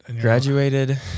graduated